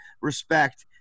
respect